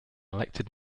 elected